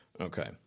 Okay